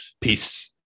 Peace